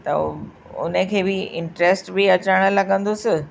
त हू उन खे बि इंटरस्ट बि अचणु लॻंदुसि